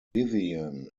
vivian